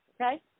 okay